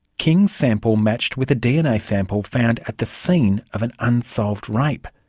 king's sample matched with a dna sample found at the scene of an unsolved rape.